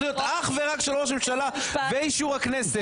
להיות אך ורק של ראש ממשלה ואישור הכנסת.